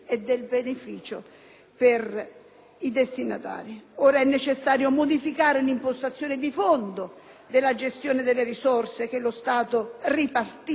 i destinatari. Ora è necessario modificare l'impostazione di fondo della gestione delle risorse che lo Stato ripartisce, con un duplice obiettivo: